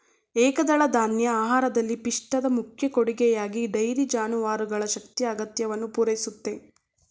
ಏಕದಳಧಾನ್ಯ ಆಹಾರದಲ್ಲಿ ಪಿಷ್ಟದ ಮುಖ್ಯ ಕೊಡುಗೆಯಾಗಿ ಡೈರಿ ಜಾನುವಾರುಗಳ ಶಕ್ತಿಯ ಅಗತ್ಯವನ್ನು ಪೂರೈಸುತ್ತೆ